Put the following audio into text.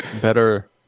better